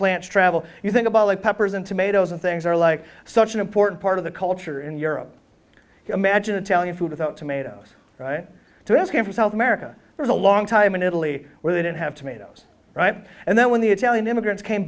plants travel you think about like peppers and tomatoes and things are like such an important part of the culture in europe imagine italian food without tomatoes right to asking for south america there's a long time in italy where they didn't have tomatoes right and then when the italian immigrants came